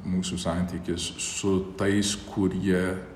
mūsų santykis su tais kurie